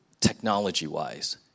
technology-wise